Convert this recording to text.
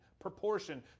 proportion